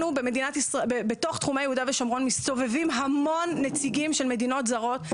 בתוך תחומי יהודה ושומרון מסתובבים המון נציגים של מדינות זרות,